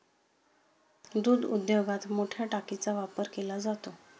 दूध उद्योगात मोठया टाकीचा वापर केला जातो